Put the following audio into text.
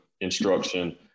instruction